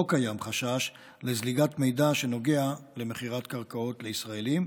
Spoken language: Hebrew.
לא קיים חשש לזליגת מידע שנוגע למכירת קרקעות לישראלים.